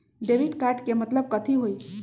Debit card के मतलब कथी होई?